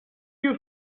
you